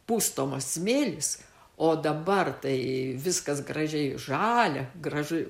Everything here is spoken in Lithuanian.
pustomas smėlis o dabar tai viskas gražiai žalia gražu